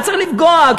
צריך לפגוע,